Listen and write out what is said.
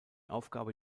aufgabe